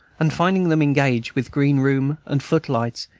and finding them engaged, with green-room and foot-lights,